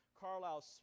Carlisle